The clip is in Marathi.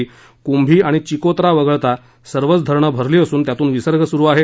कृभी आणि चिकोत्रा वगळता सर्वच धरणं भरली असून त्यातून विसर्ग सुरू आहे